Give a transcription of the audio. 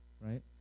right